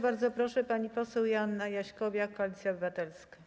Bardzo proszę, pani poseł Joanna Jaśkowiak, Koalicja Obywatelska.